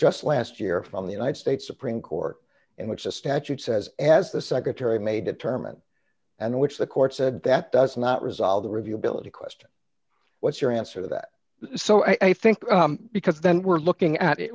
just last year from the united states supreme court in which the statute says as the secretary made that term and and which the court said that does not resolve the review ability question what's your answer to that so i think because then we're looking at